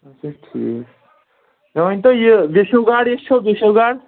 اَچھا ٹھیٖک مےٚ ؤنۍتو یہِ گاڈٕ یہِ چھو گاڈٕ